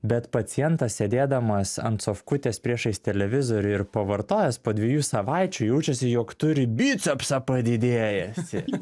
bet pacientas sėdėdamas ant sofkutės priešais televizorių ir pavartojęs po dviejų savaičių jaučiasi jog turi bicepsą padidėjusį